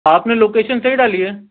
آپ نے لوکیشن صحیح ڈالی ہے